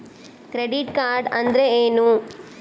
Credit card ಅಂದ್ರೇನು?